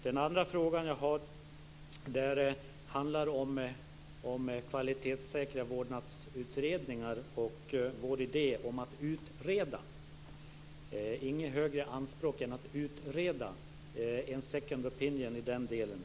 Min andra fråga handlar om att kvalitetssäkra vårdnadsutredningar och om vår idé om att utreda. Det finns inget högre anspråk än att utreda en second opinion i den delen.